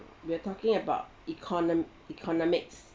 we're talking about econom~ economics